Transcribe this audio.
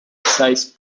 sized